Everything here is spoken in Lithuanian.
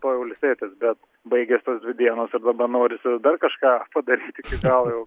to jau ilsėtis bet baigės tos dvi dienos ir daba norisi dar kažką padaryt iki galo jau